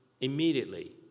immediately